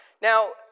now